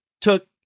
took